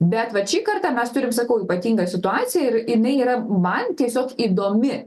bet vat šį kartą mes turim sakau ypatingą situaciją ir jinai yra man tiesiog įdomi